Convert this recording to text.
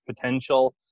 potential